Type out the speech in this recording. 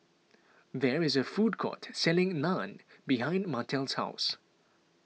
there is a food court selling Naan behind Martell's house